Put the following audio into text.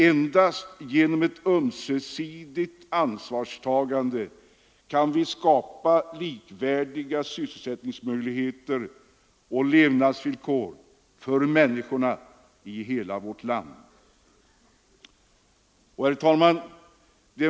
Endast genom ett ömsesidigt ansvarstagande kan vi skapa likvärdiga sysselsättningsmöjligheter och levnadsvillkor för människorna i hela landet.